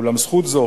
אולם זכות זו,